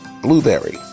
blueberry